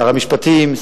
שר המשפטים,